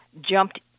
jumped